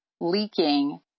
leaking